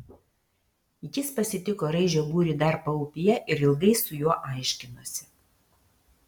jis pasitiko raižio būrį dar paupyje ir ilgai su juo aiškinosi